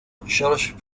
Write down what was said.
george